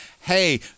hey